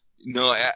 No